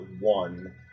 one